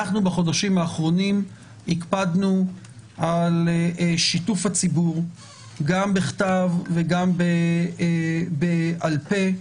בחודשים האחרונים הקפדנו על שיתוף הציבור גם בכתב וגם בעל פה.